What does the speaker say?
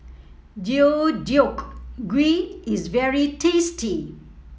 Deodeok Gui is very tasty